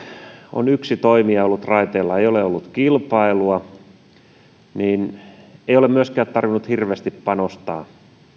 on yksi toimija ollut raiteilla eikä ole ollut kilpailua ei ole myöskään tarvinnut hirveästi panostaa